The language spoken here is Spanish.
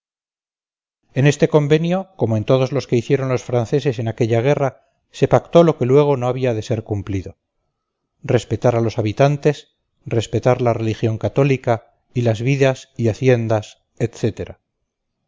en este convenio como en todos los que hicieron los franceses en aquella guerra se pactó lo que luego no había de ser cumplido respetar a los habitantes respetar la religión católica y las vidas y haciendas